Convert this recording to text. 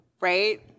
right